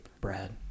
Brad